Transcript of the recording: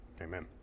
Amen